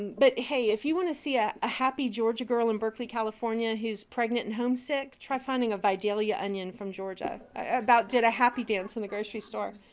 but, hey, if you want to see ah a happy georgia girl in berkeley, california, who's pregnant and homesick, try finding a vidalia onion from georgia. i about did a happy dance in the grocery store.